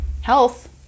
health